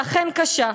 היא אכן קשה.